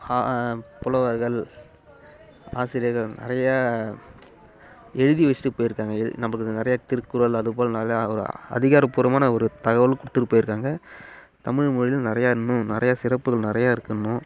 புலவர்கள் ஆசிரியர்கள் நிறைய எழுதி வச்சுட்டு போயிருக்காங்க நமக்கு நிறையா திருக்குறள் அதுபோல அதிகாரப்பூர்வமான ஒரு தகவலை கொடுத்துட்டு போயிருக்காங்க தமிழ் மொழியில் நிறையா இன்னும் நிறையா சிறப்புகள் நிறையா இருக்கு இன்னும்